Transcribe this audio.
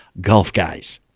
GOLFGUYS